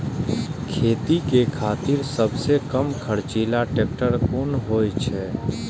खेती के खातिर सबसे कम खर्चीला ट्रेक्टर कोन होई छै?